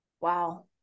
Wow